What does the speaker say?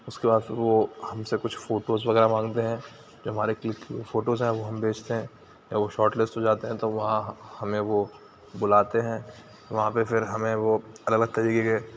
اُس کے پھر بعد وہ ہم سے کچھ فوٹوز وغیرہ مانگتے ہیں جو ہمارے کلک فوٹوز ہیں وہ ہم بھیجتے ہیں وہ شارٹ لسٹ ہو جاتے ہیں تب وہاں ہمیں وہ بُلاتے ہیں وہاں پہ پھر ہمیں وہ الگ الگ طریقے کے